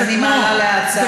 אני מעלה להצבעה.